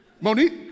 Monique